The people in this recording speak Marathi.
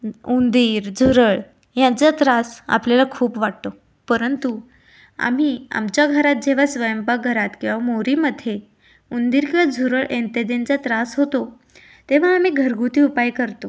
उंदीर झुरळ यांचा त्रास आपल्याला खूप वाटतो परंतु आम्ही आमच्या घरात जेव्हा स्वयंपाकघरात किंवा मोरीमध्ये उंदीर किंवा झुरळ इत्यादींचा त्रास होतो तेव्हा आम्ही घरगुती उपाय करतो